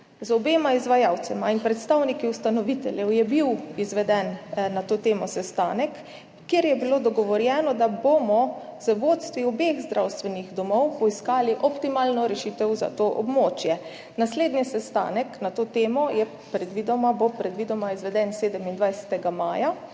Z obema izvajalcema in predstavniki ustanoviteljev je bil izveden na to temo sestanek, kjer je bilo dogovorjeno, da bomo z vodstvi obeh zdravstvenih domov poiskali optimalno rešitev za to območje. Naslednji sestanek na to temo bo predvidoma izveden 27. maja.